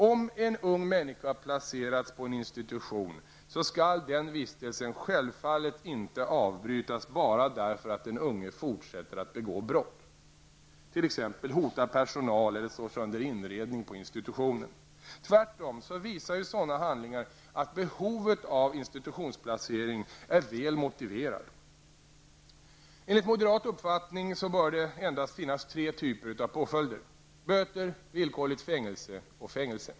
Om en ung människa placerats på en institution skall denna vistelse självfallet inte avbrytas bara därför att den unge fortsätter att begå brott, t.ex. hotar personal eller slår sönder inredning på institutionen. Tvärtom visar ju sådana handlingar att behovet av institutionsplacering är väl motiverad. Enligt moderat uppfattning bör det endast finnas tre typer av påföljder: böter, villkorligt fängelse och fängelse.